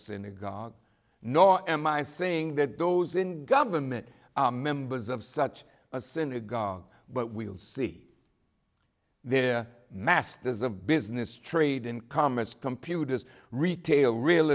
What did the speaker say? synagogue nor am i saying that those in government members of such a synagogue but we'll see their masters of business trade in commerce computers retail real